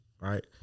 right